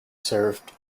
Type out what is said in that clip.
served